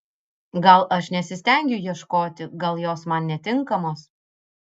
gal aš nesistengiu ieškoti gal jos man netinkamos